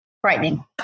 Frightening